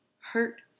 hurt